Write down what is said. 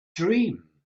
dream